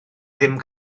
ddim